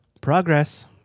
progress